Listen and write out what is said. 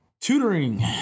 tutoring